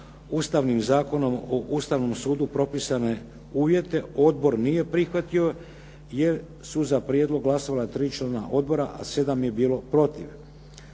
Ustavnim zakonom o Ustavnom sudu propisane uvjete. Odbor nije prihvatio jer su za prijedlog glasala 3 člana odbora, a 7 je bilo protiv.